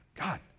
God